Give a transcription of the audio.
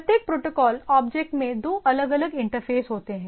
प्रत्येक protocol object में दो अलग अलग इंटरफेस होते हैं